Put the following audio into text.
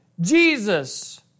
Jesus